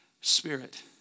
Spirit